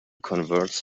converts